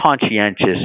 conscientious